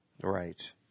Right